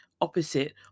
opposite